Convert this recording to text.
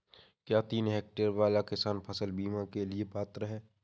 क्या तीन हेक्टेयर वाला किसान फसल बीमा के लिए पात्र हैं?